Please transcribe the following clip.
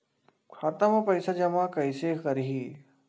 खाता म पईसा जमा कइसे करही?